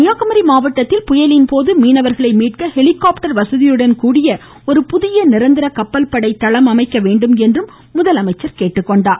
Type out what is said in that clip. கன்னியாகுமரி மாவட்டத்தில் புயலின் போது மீனவர்களை மீட்க ஹெலிகாப்டர் வசதியுடன் கூடிய ஒரு புதிய நிரந்தர கப்பல்படை தளம் அமைக்க வேண்டும் என்றும் முதலமைச்சர் கேட்டுக்கொண்டார்